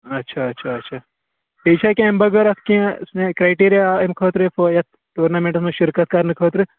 اچھا اچھا اچھا بیٚیہِ چھا کیٚنٛہہ اَمہِ بغٲر اَتھ کیٚنٛہہ کرٛایٚٹَیرِیا اَمہِ خٲطرٕ یَتھ ٹورنَمنٹَس منٛز شِرکَت کَرنہٕ خٲطرٕ